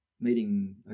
meeting